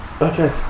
okay